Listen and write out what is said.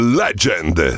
legend